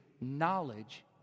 knowledge